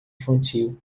infantil